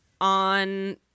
on